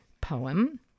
poem